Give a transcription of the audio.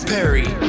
Perry